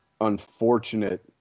unfortunate